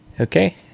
Okay